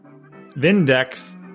Vindex